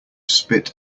spit